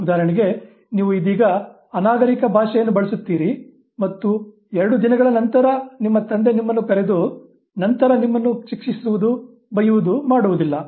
ಉದಾಹರಣೆಗೆ ನೀವು ಇದೀಗ ಅನಾಗರಿಕ ಭಾಷೆಯನ್ನು ಬಳಸುತ್ತೀರಿ ಮತ್ತು ಎರಡು ದಿನಗಳ ನಂತರ ನಿಮ್ಮ ತಂದೆ ನಿಮ್ಮನ್ನು ಕರೆದು ನಂತರ ನಿಮ್ಮನ್ನು ಶಿಕ್ಷಿಸುವುದು ಬೈಯುವುದು ಮಾಡುವುದಿಲ್ಲ